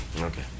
Okay